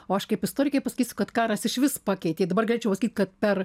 o aš kaip istorikė pasakysiu kad karas išvis pakeitė dabar galėčiau pasakyt kad per